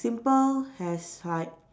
simple has like